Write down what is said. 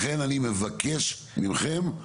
לכן אני מבקש ממכם,